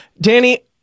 Danny